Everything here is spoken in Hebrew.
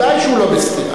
ודאי שהוא לא בסתירה.